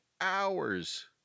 hours